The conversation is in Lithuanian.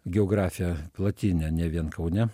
geografija plati ne ne vien kaune